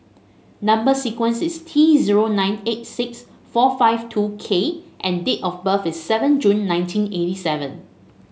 number sequence is T zero nine eight six four five two K and date of birth is seven June nineteen eighty seven